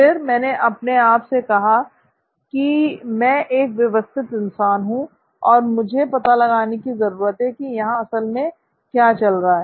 फिर मैंने अपनेआप से कहा कि मैं एक व्यवस्थित इंसान हूं और मुझे पता लगाने की जरूरत है कि यहां असल में क्या चल रहा है